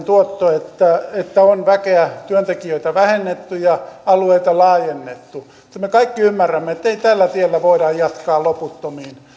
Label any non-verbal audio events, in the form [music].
[unintelligible] tuotto turvattu sillä että on väkeä työntekijöitä vähennetty ja alueita laajennettu mutta me kaikki ymmärrämme että ei tällä tiellä voida jatkaa loputtomiin